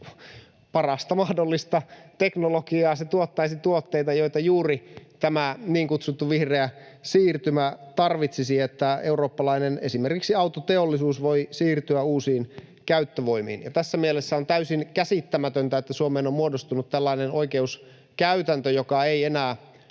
parasta mahdollista teknologiaa. Se tuottaisi tuotteita, joita juuri tämä niin kutsuttu vihreä siirtymä tarvitsisi, niin että esimerkiksi eurooppalainen autoteollisuus voi siirtyä uusiin käyttövoimiin. Tässä mielessä on täysin käsittämätöntä, että Suomeen on muodostunut tällainen oikeuskäytäntö, joka ei enää